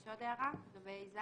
יש עוד הערה, לגבי (ז)?